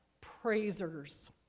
praisers